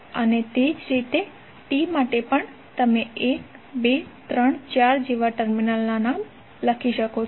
અને તે જ રીતે T માટે પણ તમે 1 2 3 4 જેવા ટર્મિનલ્સનાં નામ લખી શકો છો